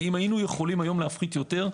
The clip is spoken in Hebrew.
ולו יכולנו היום להפחית יותר,